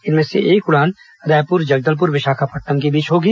इनमें से एक उड़ान रायपुर जगदलपुर विशाखापटनम के बीच होगी